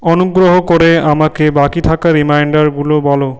অনুগ্রহ করে আমাকে বাকি থাকা রিমাইন্ডারগুলো বলো